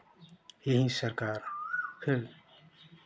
यही सरकार फिर